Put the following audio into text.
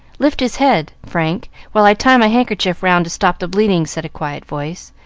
lift his head, frank, while i tie my handkerchief round to stop the bleeding, said a quiet voice,